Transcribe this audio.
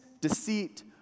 deceit